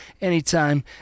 anytime